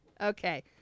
Okay